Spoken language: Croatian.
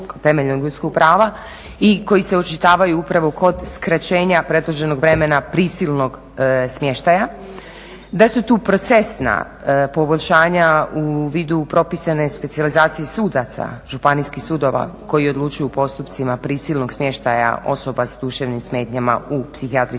i koji se očitavaju upravo kod skraćenja … vremena prisilnog smještaja. Da su tu procesna poboljšanja u vidu propisane specijalizacije sudaca županijskih sudova koji odlučuju o postupcima prisilnog smještaja osoba s duševnim smetnjama u psihijatrijske